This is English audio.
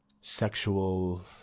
sexual